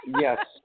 Yes